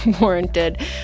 warranted